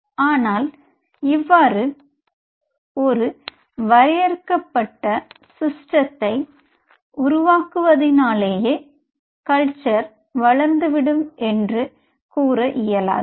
ஆனால் இவ்வாறு ஒரு வரையறுக்க பட்ட ஸிஸ்டெத்தை உருவாக்குவதினாலேயே கல்ச்சர் வளர்ந்து விடும் என்று கூற இயலாது